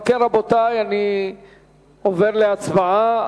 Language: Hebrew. אם כן, רבותי, אני עובר להצבעה: